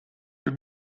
wer